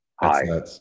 Hi